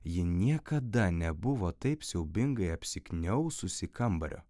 ji niekada nebuvo taip siaubingai apsikniaususi kambario